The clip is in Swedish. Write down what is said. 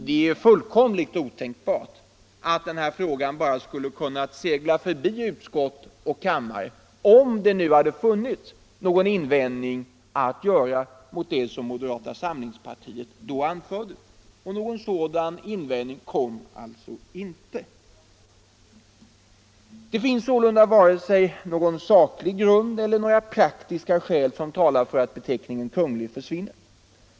Det är fullkomligt otänkbart att den här frågan bara skulle ha kunnat segla förbi utskott och kammare om det nu hade funnits någon invändning att göra mot det som moderata samlingspartiet då anförde. Och någon sådan invändning kom alltså inte. Det finns sålunda varken någon saklig grund eller några praktiska skäl 119 120 som talar för att beteckningen Kunglig försvinner.